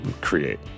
create